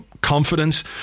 confidence